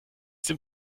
dem